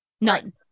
None